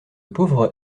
pauvres